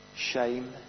shame